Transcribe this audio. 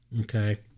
Okay